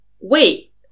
Wait